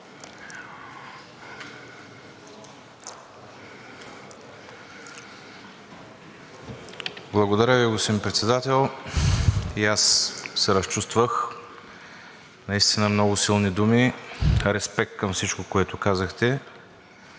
Благодаря Ви, господин Председател. И аз се разчувствах – наистина много силни думи, респект към всичко, което казахте.